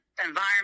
Environment